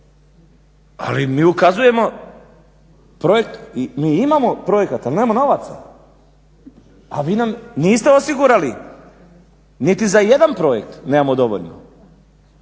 ali mi ukazujemo projekt i mi imamo projekt ali nemamo novaca, a vi nam niste osigurali, niti za jedan projekt nemamo dovoljno.